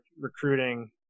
recruiting –